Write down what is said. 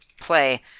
play